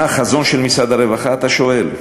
מה החזון של משרד הרווחה, אתה שואל?